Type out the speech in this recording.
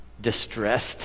distressed